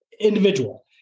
individual